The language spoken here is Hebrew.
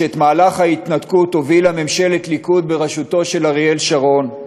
שאת מהלך ההתנתקות הובילה ממשלת ליכוד בראשותו של אריאל שרון,